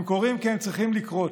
הם קורים כי הם צריכים לקרות.